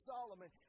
Solomon